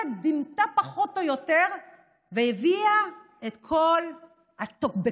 ודימתה פחות או יותר והביאה את כל הטוקבקיסטים.